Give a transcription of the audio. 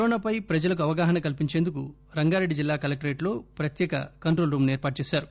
corona పై ప్రజలకు అవగాహన కల్పించేందుకు రంగారెడ్డి జిల్లా కలెక్టరేట్ లో ప్రత్యేక కంట్రోల్ రూమ్ ను ఏర్పాటు చేశారు